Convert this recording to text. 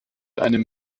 einem